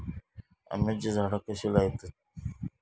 आम्याची झाडा कशी लयतत?